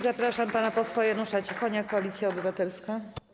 Zapraszam pana posła Janusza Cichonia, Koalicja Obywatelska.